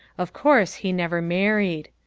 of course he never married.